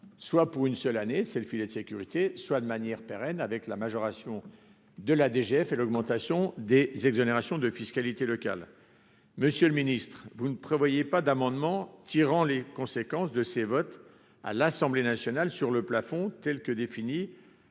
soit pour une seule année, c'est le filet de sécurité, soit de manière pérenne avec la majoration de la DGF et l'augmentation des exonérations de fiscalité locale, monsieur le Ministre, vous ne prévoyait pas d'amendement, tirant les conséquences de ces votes à l'Assemblée nationale sur le plafond, telle que définie